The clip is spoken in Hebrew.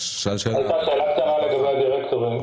הייתה שאלה קצרה לגבי הדירקטורים.